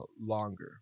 longer